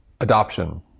adoption